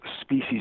species